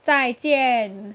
再见